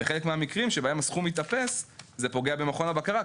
ובחלק מהמקרים בהם הסכום מתאפס זה פוגע במכון הבקרה,